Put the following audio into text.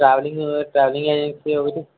travelling travelling agency ఒకటి